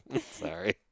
Sorry